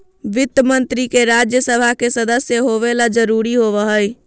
वित्त मंत्री के राज्य सभा के सदस्य होबे ल जरूरी होबो हइ